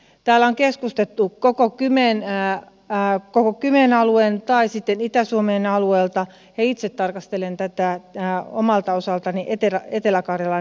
täällä on keskusteltu tästä kymen alueen ja sitten koko itä suomen alueen näkökulmasta ja itse tarkastelen tätä omalta osaltani etelä karjalan näkökulmasta